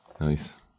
Nice